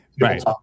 Right